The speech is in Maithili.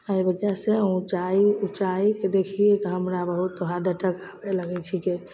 एहि वजहसे उँचाइ उँचाइके देखिएके हमरा बहुत हार्ट अटैक होबे लागै छिकै